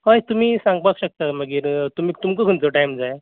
हय तुमी सांगपाक शकता मागीर तुमी तुमकां खंयचो टायम जाय